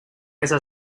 esa